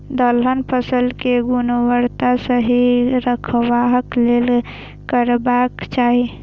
दलहन फसल केय गुणवत्ता सही रखवाक लेल की करबाक चाहि?